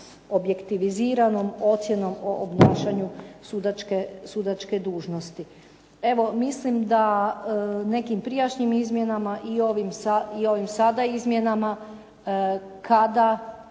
objektiviziranom ocjenom o obnašanju sudačke dužnosti. Evo, mislim da nekim prijašnjim izmjenama i ovim sada izmjenama kada